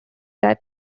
that